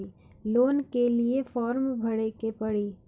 Loan के लिए form भरे के पड़ी?